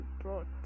brought